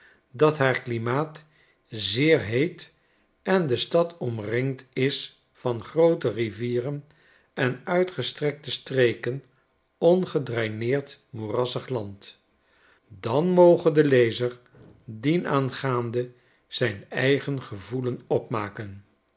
dat haar klimaat zeer heet en de stad omringd is van groote rivieren en uitgestrekte streken ongedraineerd moerassig land dan moge de lezer dienaangaande zijn eigen gevoelen opmaken